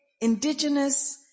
indigenous